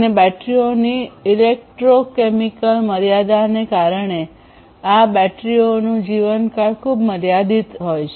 અને બેટરીઓની ઇલેક્ટ્રોકેમિકલ મર્યાદાને કારણે આ બેટરીઓનું જીવનકાળ ખૂબ મર્યાદિત રહેશે